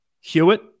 Hewitt